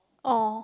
oh